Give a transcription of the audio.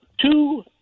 two